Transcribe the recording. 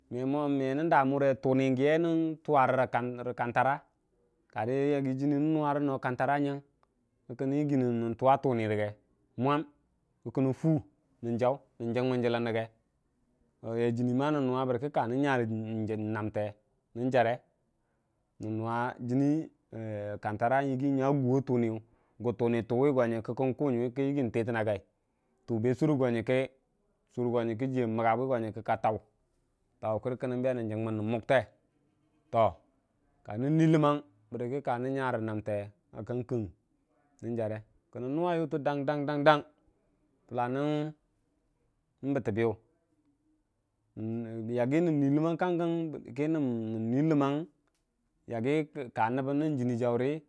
me nən tuni giye nən tuwa rə rə kantara karə yaggi jini nən nuwa no kantara nən tuwa tuni rəge mwam kə kənən guu nən jiggəm jələn rəge yai jini ma nən nuwa bərəkə ka nən nyarə namte nən jarə nən nuwa jini yiggi nya guwa tuniyʊ gujuni tʊwi kə kən kʊ nyuwi kə kən yiggi tə tən agai jʊʊ be surə go nyaka jihii a məgga go nyənkə ka taw a tau a kwir go nyənkə kə kənən benən jing mən nən mukte ka nən nuu ləmmenng bərəkə ka nən nyarə namte kang kən nən jare kənən mwa nʊwa yʊte dang dang gəlla nən bəttəbəyʊ nən nu ləmmang kang gən yaggi ka nəbən nə jini jaurə.